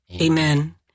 Amen